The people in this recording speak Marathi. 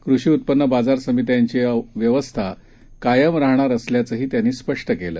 कृषी उत्पन्न बाजार समित्यांची व्यवस्था कायम राहणार असल्याचंही त्यांनी स्पष्ट केलं